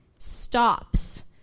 stops